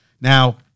Now